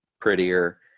prettier